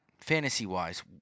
Fantasy-wise